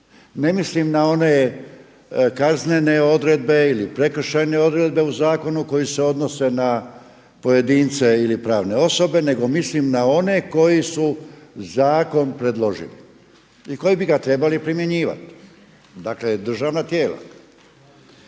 Ne mislim na one kaznene odredbe ili prekršajne odredbe u zakonu koji se odnose na pojedinca i pravne osobe, nego mislim na one koji su zakon predložili i koji bi ga trebali primjenjivati. Dakle, državna tijela.